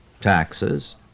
taxes